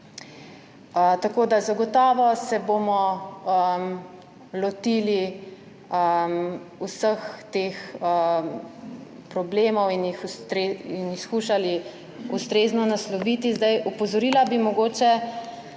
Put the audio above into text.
izvaja. Zagotovo se bomo lotili vseh teh problemov in jih skušali ustrezno nasloviti. Opozorila bi mogoče